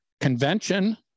convention